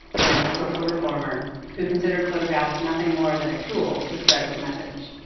and a social reformer who considered photographs nothing more than a tool to spread his message.